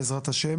בעזרת ה',